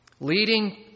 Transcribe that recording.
Leading